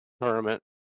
tournament